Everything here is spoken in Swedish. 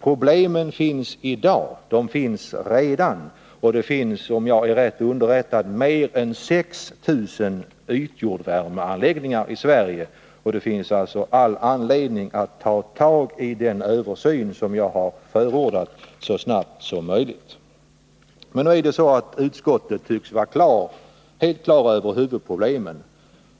Problemen finns redan, och om jag är rätt underrättad finns det mer än 6 000 ytjordvärmeanläggningar i Sverige. Det är alltså all anledning att så snabbt som möjligt genomföra den översyn som jag har förordat. Men utskottet tycks vara helt på det klara med huvudproblemen